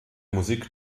musik